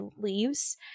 leaves